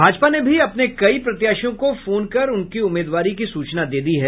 भाजपा ने भी अपने कई प्रत्याशियों को फोन कर उनकी उम्मीदवारी की सूचना दे दी है